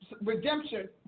redemption